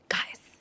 Guys